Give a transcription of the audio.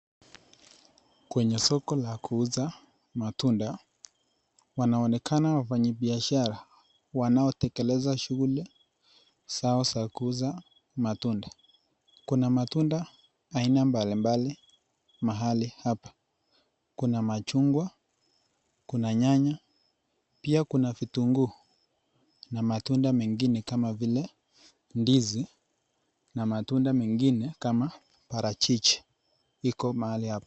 Kwenye soko la kuuza matunda kunaonekana wafanya biashara wanaotekeleza shughuli zao za kuuza matunda. Kuna matunda aina mbali mbali mahali hapa kuna machungwa, kuna nyanya pia kuna vitunguu na matunda mengine kama vile ndizi na matunda mengine kama parachichi iko mahali hapa.